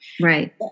Right